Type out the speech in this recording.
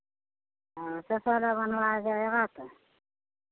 हाँ शौचालय बनवाए